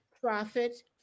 Profit